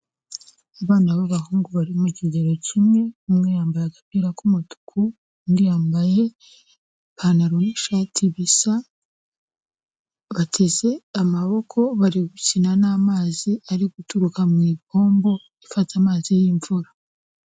Abana b'abahungu bari mu kigero kimwe, umwe yambaye agapira k'umutuku, undi yambaye ipantaro n'ishati bisa, bateze amaboko, bari gukina n'amazi, ari guturuka mu ipombo ifata amazi y'imvura.